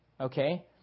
okay